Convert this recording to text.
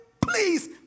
please